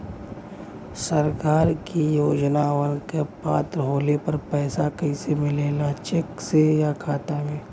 सरकार के योजनावन क पात्र होले पर पैसा कइसे मिले ला चेक से या खाता मे?